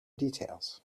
details